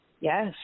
Yes